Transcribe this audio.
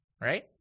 Right